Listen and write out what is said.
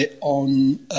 on